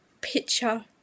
picture